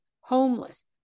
homeless